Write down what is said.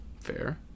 Fair